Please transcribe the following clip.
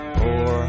poor